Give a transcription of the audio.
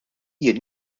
jien